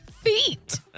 feet